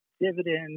dividend